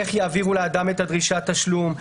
איך יעבירו לאדם את דרישת התשלום,